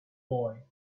boy